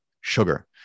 sugar